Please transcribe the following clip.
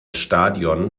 stadion